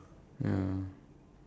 ya